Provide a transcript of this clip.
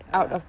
ah